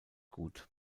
gut